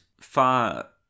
far